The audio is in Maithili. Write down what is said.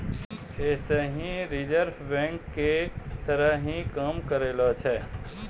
यें सेहो रिजर्व बैंको के तहत ही काम करै छै